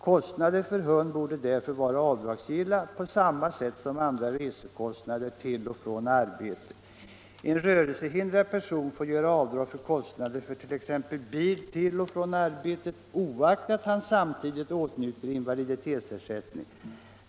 Kostnader för hund borde därför vara avdragsgilla på samma sätt som andra resekostnader till och från arbetet. En rörelsehindrad person får göra avdrag för kostnader för t.ex. bil till och från arbetet oaktat han samtidigt åtnjuter invaliditetsersättning.